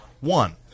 one